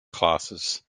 classes